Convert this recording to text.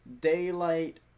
Daylight